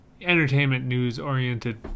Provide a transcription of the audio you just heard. entertainment-news-oriented